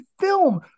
film